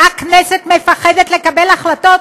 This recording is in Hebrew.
הכנסת מפחדת לקבל החלטות,